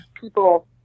people